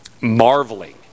marveling